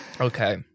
Okay